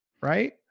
right